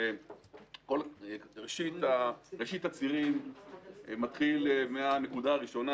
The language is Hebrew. ראשית הצירים בנקודה הראשונה,